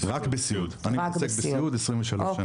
אני מתעסק רק בסיעוד 23 שנים.